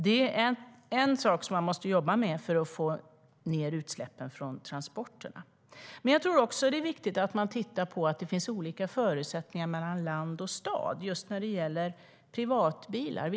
Det är en sak som man måste jobba med för att få ned utsläppen från transporterna. Jag tror också att det är viktigt att titta på att det finns olika förutsättningar mellan land och stad just när det gäller privatbilar.